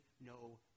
no